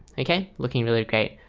okay looking really great.